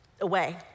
away